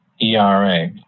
ERA